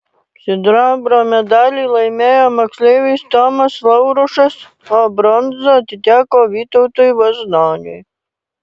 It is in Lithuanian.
sidabro medalį laimėjo moksleivis tomas laurušas o bronza atiteko vytautui vaznoniui